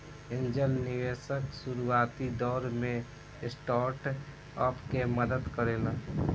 angel निवेशक शुरुआती दौर में स्टार्टअप के मदद करेला